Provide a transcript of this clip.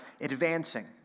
advancing